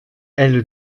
elle